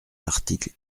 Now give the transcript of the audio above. l’article